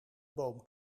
boom